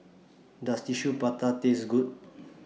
Does Tissue Prata Taste Good